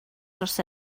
dros